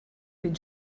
den